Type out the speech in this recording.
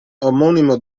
omonimo